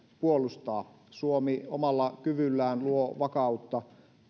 puolustaa suomi omalla kyvyllään luo vakautta